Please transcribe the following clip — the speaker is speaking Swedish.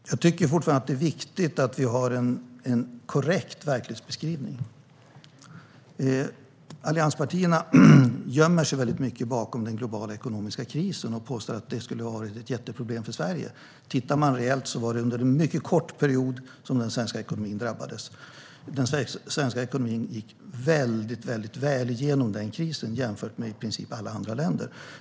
Herr talman! Jag tycker fortfarande att det är viktigt att vi har en korrekt verklighetsbeskrivning. Allianspartierna gömmer sig väldigt mycket bakom den globala ekonomiska krisen och påstår att den skulle ha varit ett jätteproblem för Sverige. I realiteten var det under en mycket kort period som den svenska ekonomin drabbades; Sverige gick väldigt väl genom krisen jämfört med i princip alla andra länder.